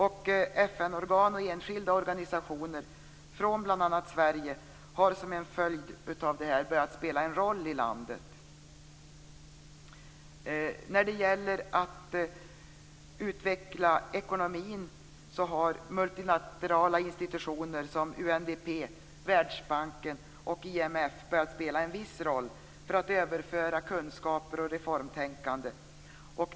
FN-organ och enskilda organisationer från bl.a. Sverige har som en följd av det här börjat spela en roll i landet. När det gäller att utveckla ekonomin har multilaterala institutioner som UNDP, Världsbanken och IMF börjat spela en viss roll för att överföra kunskaper och reformtänkande.